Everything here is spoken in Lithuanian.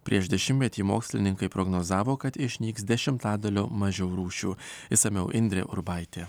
prieš dešimtmetį mokslininkai prognozavo kad išnyks dešimtadaliu mažiau rūšių išsamiau indrė urbaitė